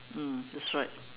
mm that's right